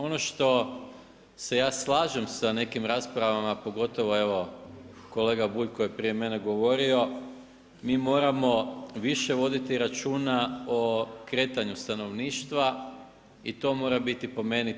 Ono što se ja slažem sa nekim raspravama, pogotovo evo kolega Bulj koji je prije mene govorio, mi moramo više voditi računa o kretanju stanovništva i to mora biti po meni